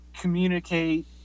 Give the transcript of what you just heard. communicate